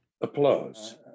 Applause